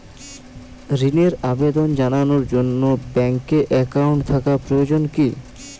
ঋণের আবেদন জানানোর জন্য ব্যাঙ্কে অ্যাকাউন্ট থাকা প্রয়োজন কী?